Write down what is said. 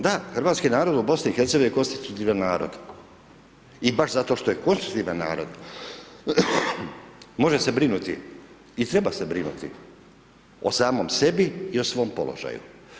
Da, hrvatski narod u BiH je konstitutivan narod i baš zato što je konstitutivan narod može se brinuti i treba se brinuti o samom sebi i o svom položaju.